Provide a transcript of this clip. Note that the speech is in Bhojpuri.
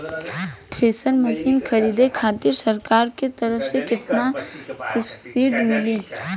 थ्रेसर मशीन खरीदे खातिर सरकार के तरफ से केतना सब्सीडी मिली?